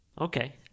Okay